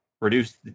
reduce